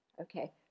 okay